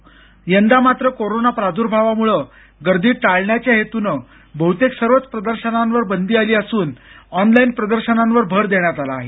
मात्र यंदा कोरोना प्रादुर्भावामुळं गर्दी टाळण्याच्या हेतूनं बह्तेक सर्वच प्रदर्शनांवर बंदी आली असून ऑनलाईन प्रदर्शनांवर भर देण्यात आला आहे